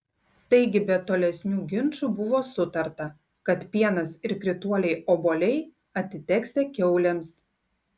taigi be tolesnių ginčų buvo sutarta kad pienas ir krituoliai obuoliai atiteksią kiaulėms